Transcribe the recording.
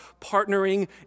partnering